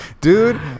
Dude